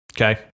Okay